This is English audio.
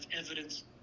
evidence